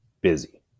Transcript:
busy